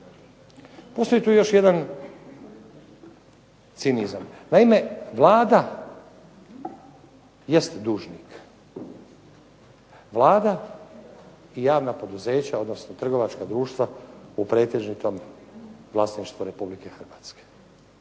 Postoji tu još jedan cinizam. Naime, Vlada jest dužnik, Vlada i javna poduzeća odnosno trgovačka društva u pretežitom vlasništvu Republike Hrvatske.